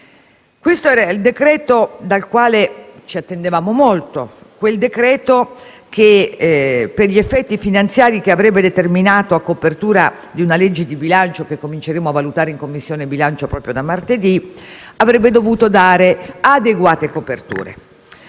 Questo era il decreto-legge dal quale ci attendevamo molto, quel decreto che, per gli effetti finanziari che avrebbe determinato a copertura di una legge di bilancio che cominceremo a valutare in Commissione bilancio proprio da martedì, avrebbe dovuto dare adeguate coperture.